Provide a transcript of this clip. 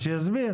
שיסביר.